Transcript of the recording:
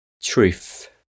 truth